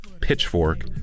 Pitchfork